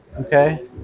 okay